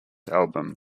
album